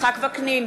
יצחק וקנין,